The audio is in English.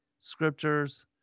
scriptures